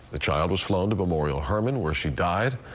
the child was flown to memorial hermann where she died.